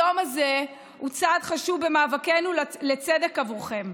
היום הזה הוא צעד חשוב במאבקנו לצדק עבורכם.